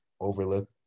overlook